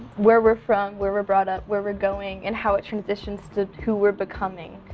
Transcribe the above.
where we're from, where we're brought up, where we're going, and how it transitions to who we're becoming.